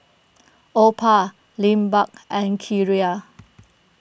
Opha Lindbergh and Kiera